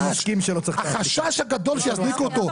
החשש הגדול שיזניקו אותו,